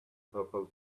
purple